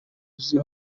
uzi